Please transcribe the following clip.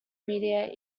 media